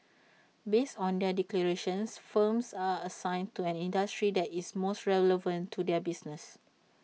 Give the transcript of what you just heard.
based on their declarations firms are assigned to an industry that is most relevant to their business